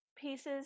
pieces